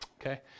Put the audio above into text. Okay